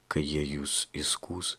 kai jie jus įskųs